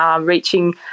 reaching